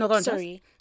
sorry